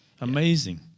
Amazing